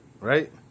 Right